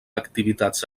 activitats